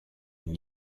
une